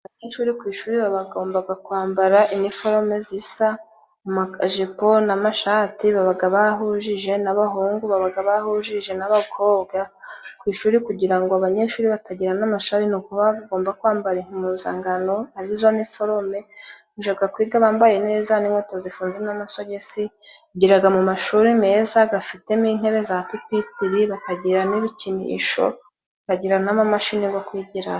Abanyeshuri ku ishuri bagomba kwambara iniforome zisa amajipo n'amashati. Baba bahuje n'abahungu bahuje n'abakobwa, ku ishuri kugira ngo abanyeshuri batagirana amashyari ni uko bagomba kwambara impuzangano arizo niforome bajya kwiga bambaye neza, n'inkweto zifunze n'amasogisi. Bigira mu mashuri meza afitemo intebe za pipitiri, bakagira n'ibikinisho , bagira n'amamashini yo kwigiraho.